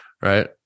right